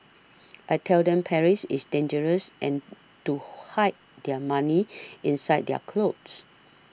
I tell them Paris is dangerous and to hide their money inside their clothes